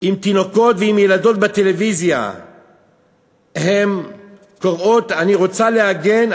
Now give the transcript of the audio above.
אם תינוקות ואם ילדות בטלוויזיה קוראות: אני רוצה להגן,